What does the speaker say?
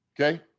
Okay